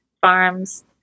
farms